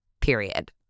period